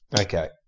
Okay